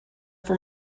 for